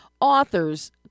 authors